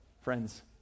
Friends